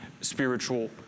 spiritual